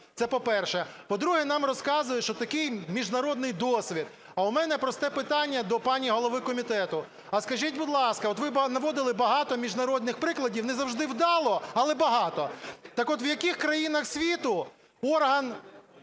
Це по-перше. По-друге, нам розказують, що такий міжнародний досвід. А у мене просте питання до пані голови комітету. А скажіть, будь ласка, от ви наводили багато міжнародних прикладів, не завжди вдало, але багато, так от, в яких країнах світу орган,